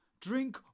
Drink